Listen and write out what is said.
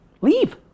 leave